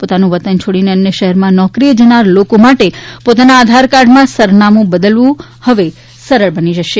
પોતાનું વતન છોડીને અન્ય શહેરમાં નોકરીએ જનારા લોકો માટે પોતાના આધારકાર્ડમાં સરનામું બદલવું હવે સરળ બની જશે